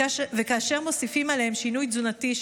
וכאשר מוסיפים עליהם שינוי תזונתי,